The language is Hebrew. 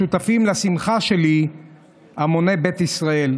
שותפים לשמחה שלי המוני בית ישראל,